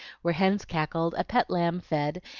where hens cackled, a pet lamb fed,